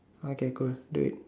okay cool do it